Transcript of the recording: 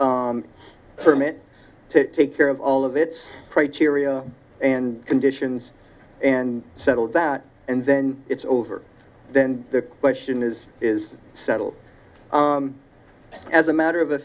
permit to take care of all of its criteria and conditions and settle that and then it's over then the question is is settled as a matter of